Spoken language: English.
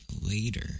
later